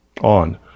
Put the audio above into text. on